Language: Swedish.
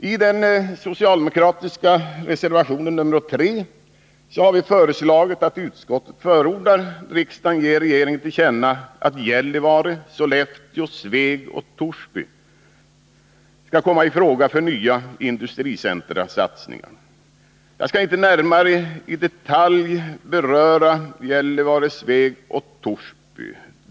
I den socialdemokratiska reservationen nr 3 har vi föreslagit att utskottet förordar att riksdagen ger regeringen till känna att Gällivare, Sollefteå, Sveg och Torsby skall komma i fråga för nya industricentrasatsningar. Jag skall inte närmare i detalj beröra Gällivare, Sveg och Torsby.